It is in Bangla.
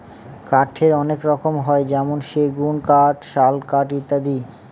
কাঠের অনেক রকম হয় যেমন সেগুন কাঠ, শাল কাঠ ইত্যাদি